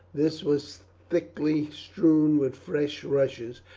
this was thickly strewn with fresh rushes,